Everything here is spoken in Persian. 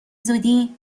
زودی